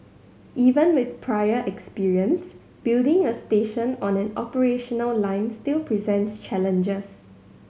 even with prior experience building a station on an operational line still presents challenges